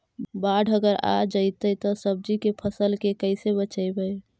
बाढ़ अगर आ जैतै त सब्जी के फ़सल के कैसे बचइबै?